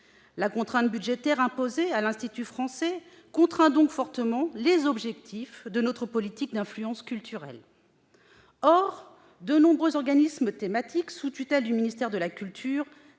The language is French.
La contrainte budgétaire imposée à l'Institut français pèse donc fortement sur les objectifs de notre politique d'influence culturelle. Or de nombreux organismes thématiques placés sous la tutelle du ministère de la culture,